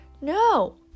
No